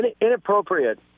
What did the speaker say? Inappropriate